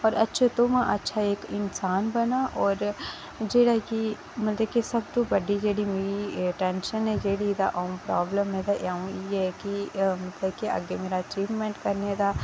पर अच्छा तों अच्छा इक इन्सान बनां पर जेह्ड़ा कि सबतूं बड्डी जेह्की मेरी बड्डी प्रॉब्लम ऐ कि मेरी कि अग्गें मेरा अचीवमेंट करने दा